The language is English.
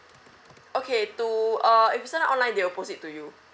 okay to uh if you sign up online they will post it to you